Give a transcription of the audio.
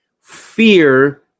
Fear